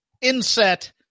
inset